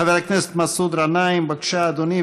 חבר הכנסת מסעוד גנאים, בבקשה, אדוני.